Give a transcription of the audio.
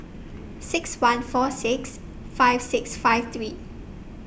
six one four six five six five three